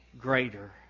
greater